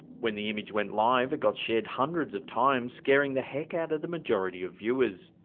when the image went live, it got shared hundreds of times, scaring the heck out of the majority of viewers.